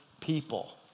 people